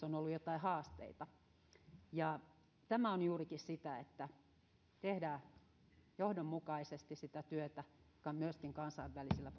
on ollut joitain haasteita tämä on juurikin sitä että tehdään johdonmukaisesti sitä työtä myöskin kansainvälisillä